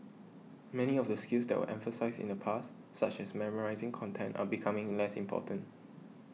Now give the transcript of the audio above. many of the skills that were emphasised in the past such as memorising content are becoming less important